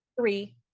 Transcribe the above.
Three